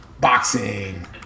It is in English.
boxing